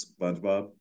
spongebob